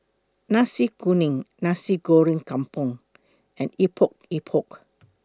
Nasi Kuning Nasi Goreng Kampung and Epok Epok